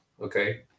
Okay